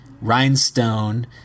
Rhinestone